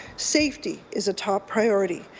safety is a top priority.